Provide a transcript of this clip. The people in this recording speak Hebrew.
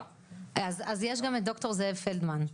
או ד"ר זאב פלדמן?